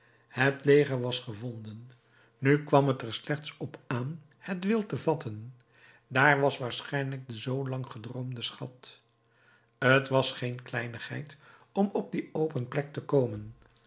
het leger was gevonden nu kwam t er slechts op aan het wild te vatten daar was waarschijnlijk de zoo lang gedroomde schat t was geen kleinigheid om op die open plek te komen